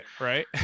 Right